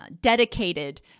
dedicated